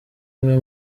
umwe